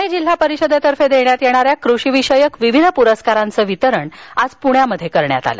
प्णे जिल्हा परिषदेतर्फे देण्यात येणाऱ्या कृषी विषयक विविध प्रस्कारांचं वितरण आज प्ण्यात करण्यात आलं